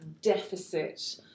deficit